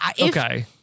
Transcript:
Okay